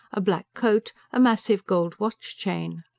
a black coat, a massive gold watch-chain.